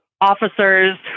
officers